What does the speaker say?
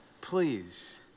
please